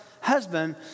husband